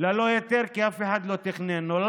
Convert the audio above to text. ללא היתר כי אף אחד לא תכנן לו?